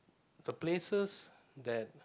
the places that